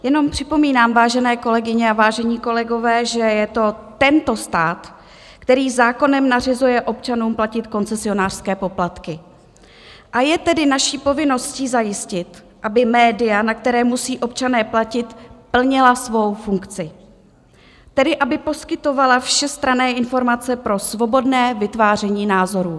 Jenom připomínám, vážené kolegyně a vážení kolegové, že je to tento stát, který zákonem nařizuje občanům platit koncesionářské poplatky, a je tedy naší povinností zajistit, aby média, na která musí občané platit, plnila svou funkci, tedy aby poskytovala všestranné informace pro svobodné vytváření názorů.